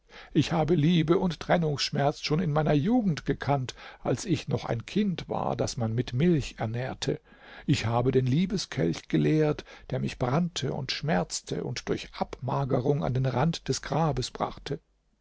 ich habe liebe und trennungsschmerz schon in meiner jugend gekannt als ich noch ein kind war das man mit milch ernährte ich habe den liebeskelch geleert der mich brannte und schmerzte und durch abmagerung an den rand des grabes brachte